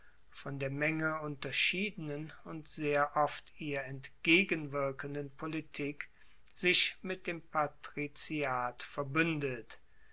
von der der menge unterschiedenen und sehr oft ihr entgegenwirkenden politik sich mit dem patriziat verbuendet